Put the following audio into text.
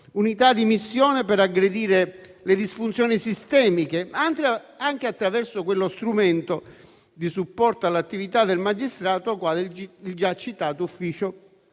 unità di missione per aggredire le disfunzioni sistemiche, anche attraverso quello strumento di supporto all'attività del magistrato qual è il già citato ufficio